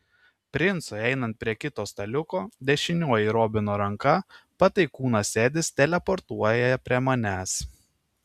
princui einant prie kito staliuko dešinioji robino ranka pataikūnas edis teleportuoja prie manęs